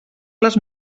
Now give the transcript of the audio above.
les